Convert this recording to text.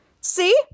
See